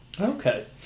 Okay